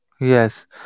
Yes